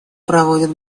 проведет